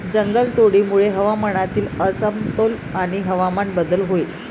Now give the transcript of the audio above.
जंगलतोडीमुळे हवामानातील असमतोल आणि हवामान बदल होईल